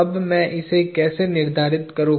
अब मैं इसे कैसे निर्धारित करूं